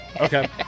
Okay